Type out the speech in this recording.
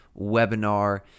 webinar